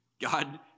God